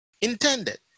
intended